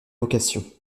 vocation